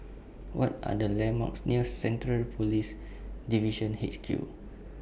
What Are The landmarks near Central Police Division H Q